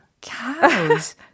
Cows